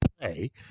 play